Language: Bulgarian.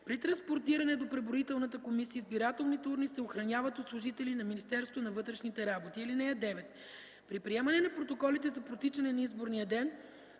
При транспортиране до преброителната комисия избирателните урни се охраняват от служители на Министерството на вътрешните работи. (9) При приемане на протоколите за протичане на изборния ден